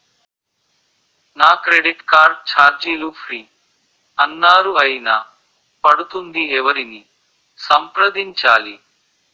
నా credit card ఛార్జీలు free అన్నారు అయినా పడుతుంది ఎవరిని సంప్రదించాలి?